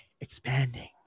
expanding